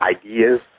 ideas